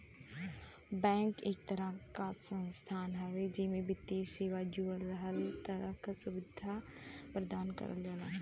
bank एक तरह क संस्थान हउवे जेमे वित्तीय सेवा जुड़ल हर तरह क सुविधा प्रदान करल जाला